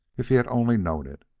if he had only known it!